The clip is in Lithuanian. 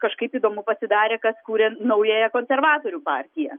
kažkaip įdomu pasidarė kas kūrė naująją konservatorių partiją